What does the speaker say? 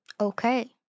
Okay